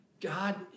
God